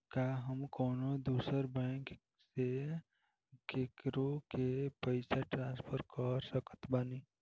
का हम कउनों दूसर बैंक से केकरों के पइसा ट्रांसफर कर सकत बानी?